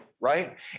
right